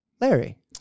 Larry